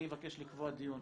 אני מבקש לקבוע דיון.